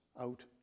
out